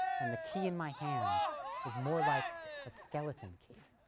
and the key in my hand is more like a skeleton key.